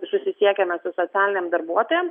susisiekiame su socialinėm darbuotojom